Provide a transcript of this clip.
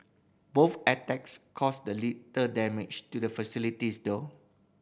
both attacks caused little damage to the facilities though